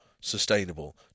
sustainable